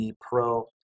Pro